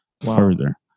further